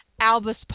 Albus